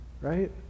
right